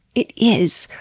it is!